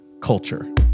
culture